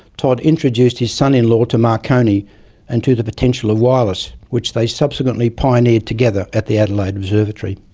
todd introduced his son-in-law to marconi and to the potential of wireless which they subsequently pioneered together at the adelaide observatory.